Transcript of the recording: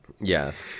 yes